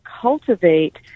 cultivate